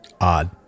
odd